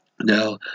Now